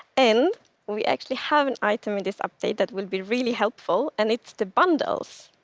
and we actually have an item in this update that will be really helpful, and it's the bundles.